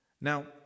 now